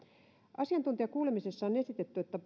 asiantuntijakuulemisessa on esitetty että